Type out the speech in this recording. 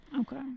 Okay